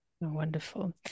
Wonderful